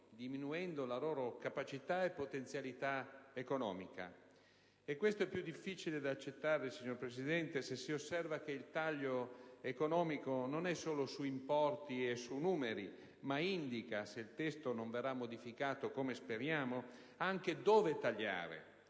diminuendo le loro capacità e potenzialità economiche. Ciò è più difficile da accettare, signora Presidente, se si osserva che il taglio economico non riguarda solo importi e cifre, ma indica - se il testo non verrà modificato come auspichiamo - anche dove tagliare,